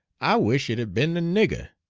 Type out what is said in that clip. i wish it had been the nigger,